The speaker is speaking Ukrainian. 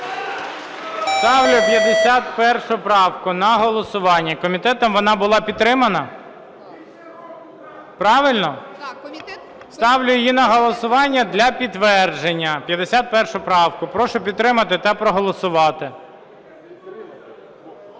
Ставлю 51 правку на голосування. Комітетом вона була підтримана? Правильно? Ставлю її на голосування для підтвердження, 51 правку. Прошу підтримати та проголосувати.